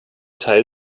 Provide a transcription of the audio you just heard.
teil